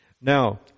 Now